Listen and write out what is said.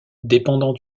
dépendant